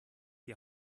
die